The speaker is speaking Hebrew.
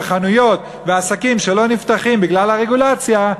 חנויות ועסקים שלא נפתחים בגלל הרגולציה,